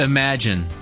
Imagine